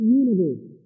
universe